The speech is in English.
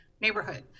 neighborhood